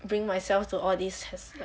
bring myself to all this has like